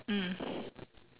mm